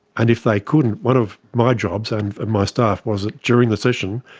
and if they couldn't, one of my jobs and for my staff was that during the session,